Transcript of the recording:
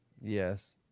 yes